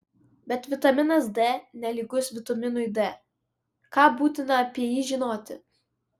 bet vitaminas d nelygus vitaminui d ką būtina apie jį žinoti